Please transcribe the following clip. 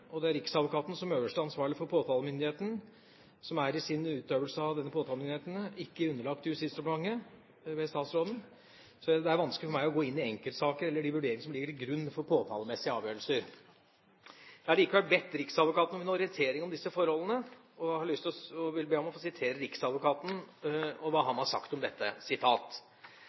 Riksadvokaten, som øverste ansvarlig for påtalemyndigheten, er i sin utøvelse av påtalemyndigheten ikke underlagt Justisdepartementet ved statsråden, så det er vanskelig for meg å gå inn i enkeltsaker eller de vurderinger som ligger til grunn for påtalemessige avgjørelser. Jeg har likevel bedt riksadvokaten om en orientering om disse forholdene, og vil sitere hva riksadvokaten har